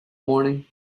morning